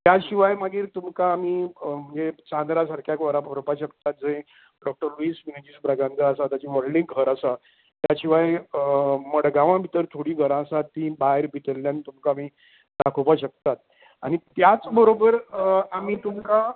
त्याशिवाय मागीर तुमका आमी वेळ चांद्रा सारक्या म्हालान वरपाक शकता जंय डॉक्टर लुईस मिनेझी ब्रागांझा आसा ताचें व्हडलें घर आसा त्या शिवाय मडगांवां भितर थोडी घरां आसात ती भायर भितरल्यान तुमका आमी दाखोवपाक शकतात आनी त्याच बरोबर आमी तुमकां